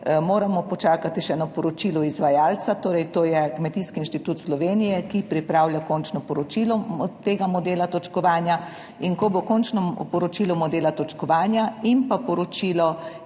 moramo počakati še na poročilo izvajalca, to je Kmetijski inštitut Slovenije, ki pripravlja končno poročilo tega modela točkovanja. Ko bo končano poročilo modela točkovanja in bodo